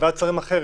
בוועדת שרים אחרת,